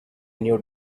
new